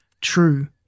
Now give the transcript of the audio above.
True